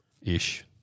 ish